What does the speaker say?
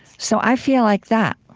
so i feel like that.